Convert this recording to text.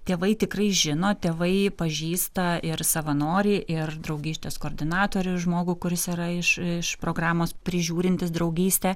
tėvai tikrai žino tėvai pažįsta ir savanorį ir draugystės koordinatorių žmogų kuris yra iš programos prižiūrintis draugystę